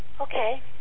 Okay